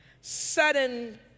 Sudden